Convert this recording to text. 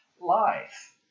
life